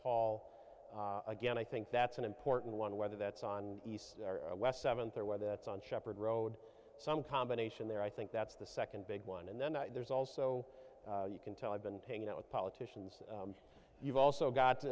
paul again i think that's an important one whether that's on east or west seventh or whether it's on shepherd road some combination there i think that's the second big one and then there's also you can tell i've been taking it with politicians you've also got t